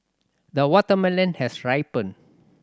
the watermelon has ripened